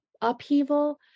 upheaval